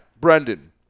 Brendan